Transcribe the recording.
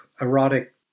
erotic